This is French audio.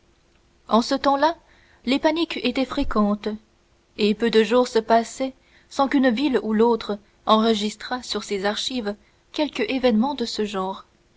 en ce temps-là les paniques étaient fréquentes et peu de jours se passaient sans qu'une ville ou l'autre enregistrât sur ses archives quelque événement de ce genre